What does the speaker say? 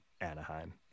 Anaheim